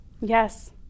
yes